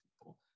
people